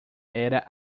era